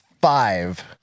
five